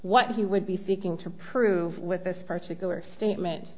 what he would be seeking to prove with this particular statement